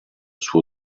suo